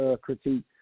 critique